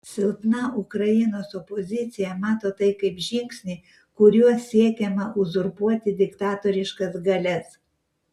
silpna ukrainos opozicija mato tai kaip žingsnį kuriuo siekiama uzurpuoti diktatoriškas galias